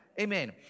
Amen